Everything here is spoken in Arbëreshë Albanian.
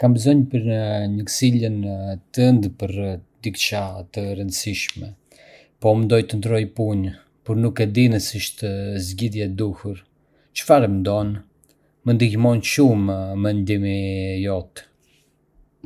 Kam bësonj për këshillën tënde për diçka të rëndësishme... po mendoj të ndërroj punë, por nuk e di nëse është zgjedhja e duhur. Çfarë mendon? Më ndihmon shumë mendimi yt.